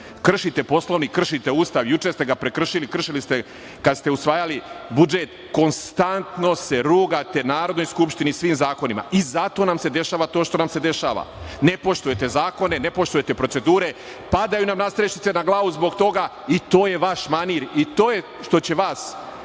kršite Poslovnik, kršite Ustav, juče ste ga prekršili, kršili ste kad ste usvajali budžet, konstantno se rugate Narodnoj skupštini i svim zakonima. Zato nam se i dešava to što nam se dešava. Ne poštujete zakone, ne poštujete procedure, padaju nam nadstrešnice na glavu zbog toga i to je vaš manir. To je ono što će vas kao